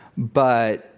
but,